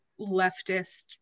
leftist